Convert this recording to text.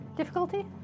Difficulty